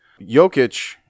Jokic –